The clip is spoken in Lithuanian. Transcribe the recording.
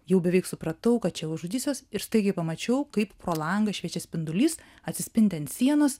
jau beveik supratau kad čia jau žudysiuos ir staigiai pamačiau kaip pro langą šviečia spindulys atsispindi ant sienos